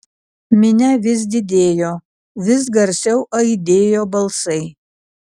minia vis didėjo vis garsiau aidėjo balsai